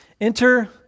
Enter